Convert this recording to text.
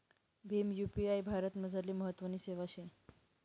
Bhim UPI भारतमझारली महत्वनी सेवा शे